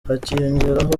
hakiyongeraho